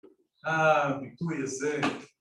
הביטוי הזה